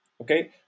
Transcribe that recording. Okay